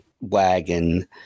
Wagon –